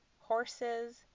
horses